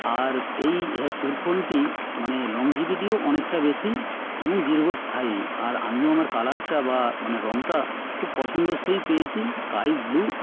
আর এই হেডফোনটি মানে লজিভিটিও অনেকটা বেশি এবং দীর্ঘস্থায়ী আর আমিও আমার কালারটা বা মানে রংটা খুব পছন্দসই পেয়েছি স্কাই ব্লু